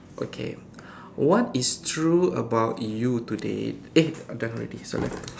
okay what is true about you today eh done already sorry